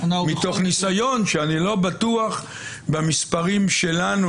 מתוך ניסיון שאני לא בטוח במספרים שלנו,